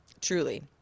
truly